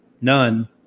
none